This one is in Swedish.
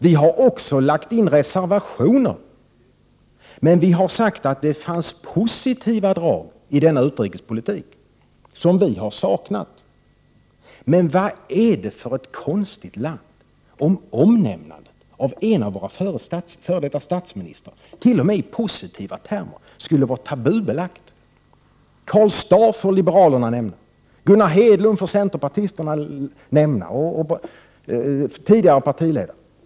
Vi har också lagt in reservationer, men vi har sagt att det i denna utrikespolitik fanns positiva drag som vi sedan har saknat. Men vad är det för ett konstigt land om omnämnandet av en av våra f.d. statsministrar t.o.m. i positiva termer skulle vara tabubelagt! Karl Staaff får liberalerna nämna. Gunnar Hedlund och tidigare partiledares namn får centerpartisterna nämna.